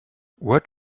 what